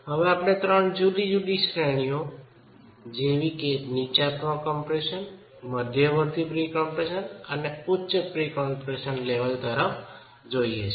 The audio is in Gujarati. હવે આપણે ત્રણ જુદી જુદી શ્રેણીઓ જેવી કે નીચા પ્રી કમ્પ્રેશન મધ્યવર્તી પ્રી કમ્પ્રેશન અને ઉચ્ચ પ્રિ કમ્પ્રેશન લેવલ તરફ જોઈએ છીએ